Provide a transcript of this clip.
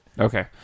Okay